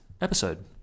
episode